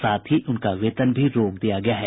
साथ ही उनका वेतन भी रोक दिया गया है